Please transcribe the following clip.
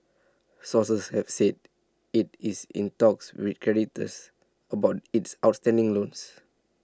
sources have said it is in talks with creditors about its outstanding loans